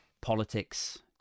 politics